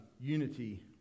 unity